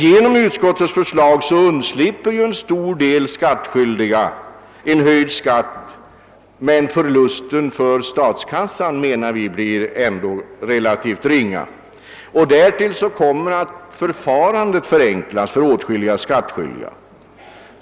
Genom utskottets förslag slipper en stor del av de skattskyldiga höjd skatt medan förlusten för statskassan ändå blir relativt ringa. Därtill kommer att förfarandet förenklas för åtskilliga skattskyldiga.